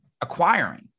acquiring